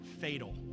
fatal